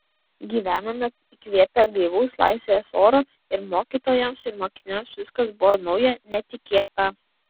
gyvenome įkvėpę gaivaus laisvės oro ir mokytojams ir mokiniams viskas buvo nauja netikėta